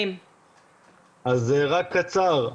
קצר,